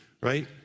right